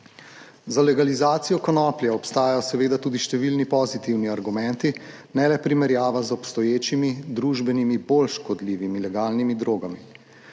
Za legalizacijo konoplje obstajajo seveda tudi številni pozitivni argumenti, ne le primerjava z obstoječimi družbenimi bolj škodljivimi legalnimi drogami.